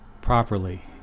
properly